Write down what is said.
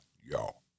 y'all